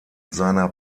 seiner